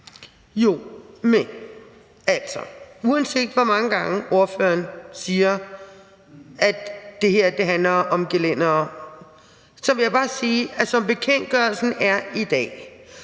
Jo, men altså, uanset hvor mange gange ordføreren siger, at det her handler om gelændere, så vil jeg bare sige, at som bekendtgørelsen er i dag,